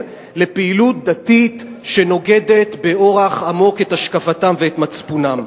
לפעילות דתית שנוגדת באורח עמוק את השקפתם ואת מצפונם.